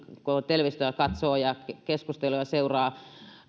kun televisiota katsoo ja keskusteluja seuraa